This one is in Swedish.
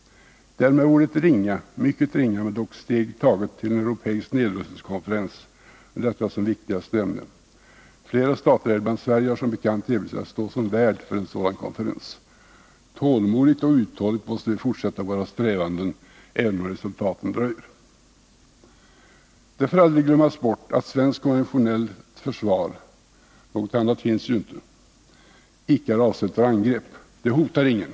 Därmed vore ett ringa, mycket ringa, men dock steg taget mot en europeisk nedrustningskonferens med detta som viktigaste ämne. Flera stater, däribland Sverige, har som bekant erbjudit sig att stå som värd för en sådan konferens. Tålmodigt och uthålligt måste vi fortsätta våra strävanden, även om resultaten dröjer. Det får aldrig glömmas bort att svenskt konventionellt försvar — något annat finns ju inte — icke är avsett för angrepp. Det hotar ingen.